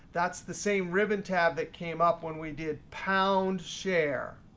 that's the same ribbon tab that came up when we did pound share.